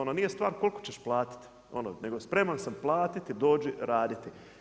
Ono nije stvar koliko će platiti, ono, nego spreman sam platiti, dođi raditi.